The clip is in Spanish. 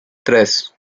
tres